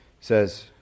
says